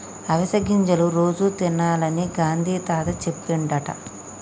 అవిసె గింజలు రోజు తినాలని గాంధీ తాత చెప్పిండట